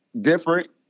different